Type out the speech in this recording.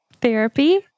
Therapy